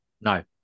No